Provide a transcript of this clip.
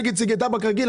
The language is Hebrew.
נגד טבק רגיל.